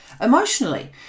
emotionally